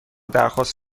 درخواست